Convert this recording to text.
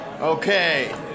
Okay